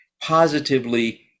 positively